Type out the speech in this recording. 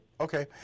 okay